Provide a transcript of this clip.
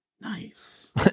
Nice